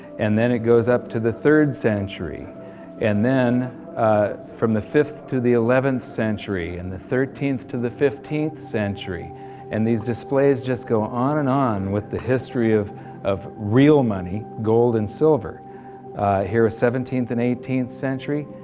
and then it goes up to the third century and then from the fifth to the eleventh century and the thirteenth to the fifteenth century and these displays just go on and on with the history of of real money, gold and silver. and here seventeenth and eighteenth century,